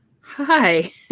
Hi